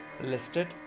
listed